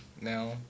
Now